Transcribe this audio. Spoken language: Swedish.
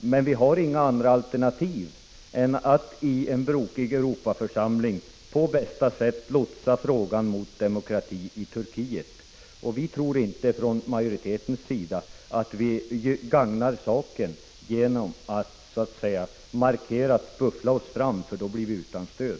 men vi har inga andra alternativ än att i en brokig Europarådsförsamling på bästa sätt lotsa frågan om demokrati i Turkiet. Vi tror inte från majoritetens sida att vi gagnar saken genom att markerat buffla oss fram, för då blir vi utan stöd.